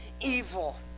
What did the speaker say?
Evil